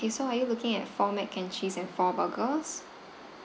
~ay so are you looking at four mac and cheese and four burgers